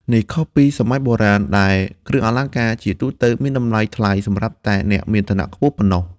នេះខុសពីសម័យបុរាណដែលគ្រឿងអលង្ការជាទូទៅមានតម្លៃថ្លៃសម្រាប់តែអ្នកមានឋានៈខ្ពស់ប៉ុណ្ណោះ។